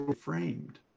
framed